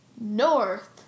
North